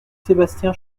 sébastien